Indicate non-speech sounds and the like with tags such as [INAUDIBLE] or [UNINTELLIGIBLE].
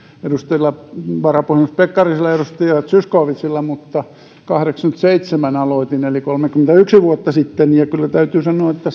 edustaja varapuhemies pekkarisella ja edustaja zyskowiczilla mutta kahdeksankymmenenseitsemän aloitin eli kolmekymmentäyksi vuotta sitten ja kyllä täytyy sanoa että [UNINTELLIGIBLE]